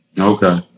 Okay